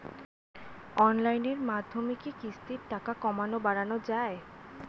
অনলাইনের মাধ্যমে কি কিস্তির টাকা কমানো বাড়ানো যায়?